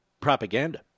propaganda